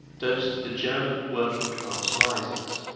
dosed the german working-class risings.